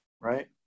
Right